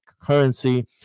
currency